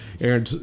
Aaron